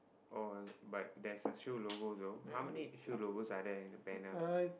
oh but there's a shoe logo though how many shoe logos are there in the panel